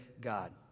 God